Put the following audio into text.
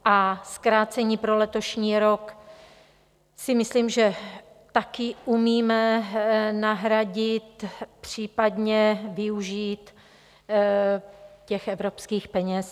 A zkrácení pro letošní rok si myslím, že taky umíme nahradit, případně využít těch evropských peněz.